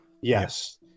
Yes